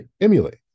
emulate